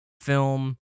film